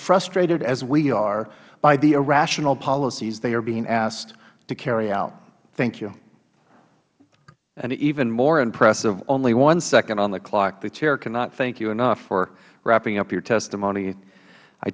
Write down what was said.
frustrated as we are by the irrational policies they are being asked to carry out thank you mister chaffetz and even more impressive only one second on the clock the chair cannot thank you enough for wrapping up your testimony i